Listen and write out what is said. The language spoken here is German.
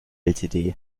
ltd